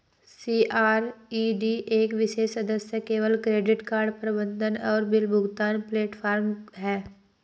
CRED एक विशेष सदस्य केवल क्रेडिट कार्ड प्रबंधन और बिल भुगतान प्लेटफ़ॉर्म है